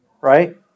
right